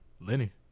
Lenny